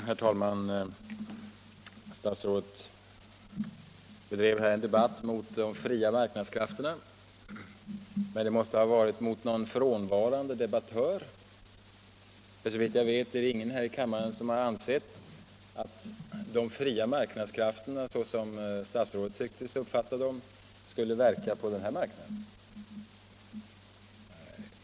Herr talman! Fru statsrådet förde en debatt mot de fria marknadskrafterna, men inlägget måste ha varit riktat mot någon frånvarande debattör. Såvitt jag vet är det ingen här i kammaren som ansett att de fria marknadskrafterna, såsom statsrådet tycktes uppfatta dem, skulle verka på den här marknaden.